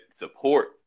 support